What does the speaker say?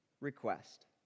request